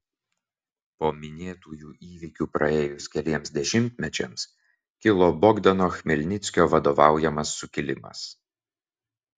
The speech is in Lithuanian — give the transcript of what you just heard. po minėtųjų įvykių praėjus keliems dešimtmečiams kilo bogdano chmelnickio vadovaujamas sukilimas